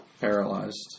paralyzed